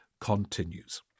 continues